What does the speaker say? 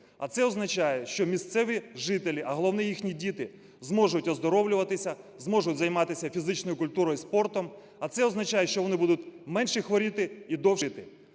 А це означає, що місцеві жителі, а головне – їхні діти, зможуть оздоровлюватися, зможуть займатися фізичною культурою і спортом, а це означає, що вони будуть менше хворіти і довше жити.